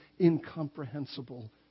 incomprehensible